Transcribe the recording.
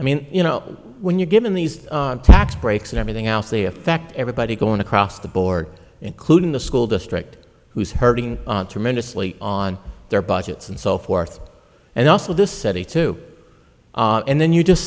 i mean you know when you're given these tax breaks and everything else they affect everybody going across the board including the school district who's hurting tremendously on their budgets and so forth and also this city too and then you just